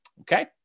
Okay